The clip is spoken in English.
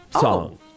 song